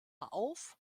auf